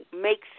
makes